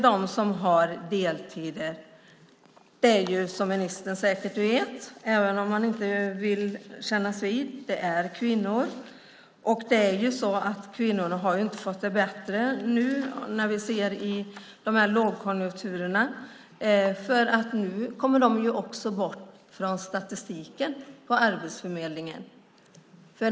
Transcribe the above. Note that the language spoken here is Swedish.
De som har deltider är, som ministern säkert vet även om han inte vill kännas vid det, kvinnor. Kvinnorna har inte fått det bättre nu i dessa lågkonjunkturer, för nu kommer de också bort från statistiken på Arbetsförmedlingen.